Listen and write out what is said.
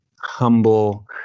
humble